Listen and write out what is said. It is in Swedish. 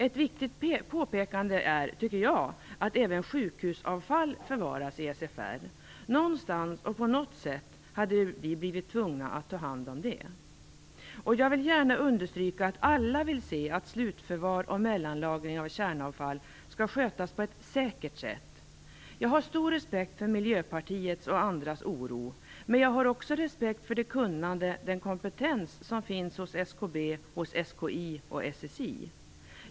Ett viktigt påpekande är, tycker jag, att även sjukhusavfall förvaras i SFR. Någonstans och på något sätt hade vi blivit tvungna att ta hand om det. Jag vill gärna understryka att alla vill se att slutförvar och mellanlagring av kärnavfall skall skötas på ett säkert sätt. Jag har stor respekt för Miljöpartiets och andras oro, men jag har också respekt för det kunnande och den kompetens som finns hos SKB, SKI och SSI.